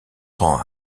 rend